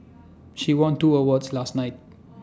she won two awards last night